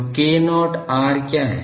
तो k0 r क्या है